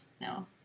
no